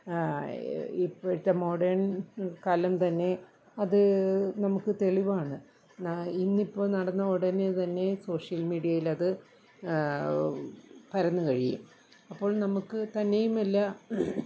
ഇപ്പോഴത്തെ മോഡേൺ കാലം തന്നെ അത് നമുക്ക് തെളിവാണ് ഇന്നിപ്പോൾ നടന്ന ഉടനെ തന്നെ സോഷ്യൽ മീഡിയയിലത് പരന്നു കഴിയും അപ്പോൾ നമുക്ക് തന്നെയുമല്ല